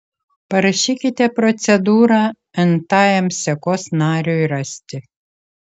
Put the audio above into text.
parašykite procedūrą n tajam sekos nariui rasti